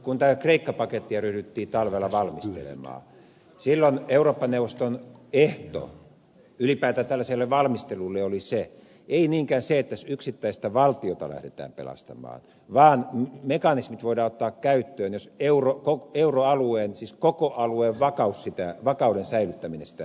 kun tätä kreikka pakettia ryhdyttiin talvella valmistelemaan silloin eurooppa neuvoston ehto ylipäätään tällaiselle valmistelulle oli ei niinkään se että yksittäistä valtiota lähdetään pelastamaan vaan se että mekanismit voidaan ottaa käyttöön jos euroalueen siis koko alueen vakauden säilyttäminen sitä edellyttää